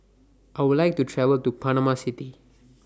I Would like to travel to Panama City